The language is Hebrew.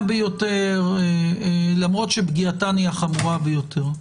ביותר למרות שפגיעתן היא החמורה ביותר.